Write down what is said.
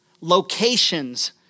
locations